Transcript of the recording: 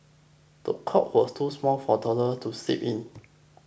the cot was too small for toddler to sleep in